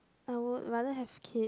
I would rather have kid